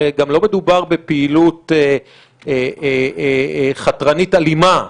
גם לא מדובר בפעילות חתרנית אלימה.